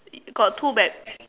got two bags